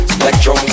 electro